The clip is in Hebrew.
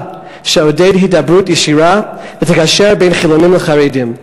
שתעודד הידברות ישירה ותגשר בין חילונים לחרדים.